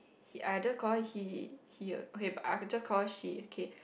he !aiya! just call her he he okay I just call her she okay